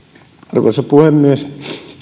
arvoisa puhemies